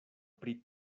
pri